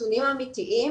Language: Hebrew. נתונים אמיתיים,